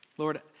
Lord